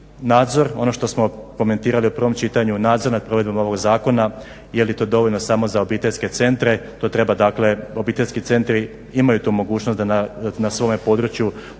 Nadzor, ono što smo komentirali u prvom čitanju, nadzor nad provedbom ovog zakona, je li to dovoljno samo za obiteljske centre, to treba dakle obiteljski centri imaju tu mogućnost da na svome području